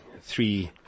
three